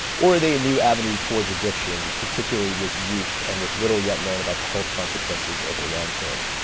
or are they a new avenue towards addiction, particularly with youth and with little yet known about the health consequences over the long term?